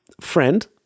friend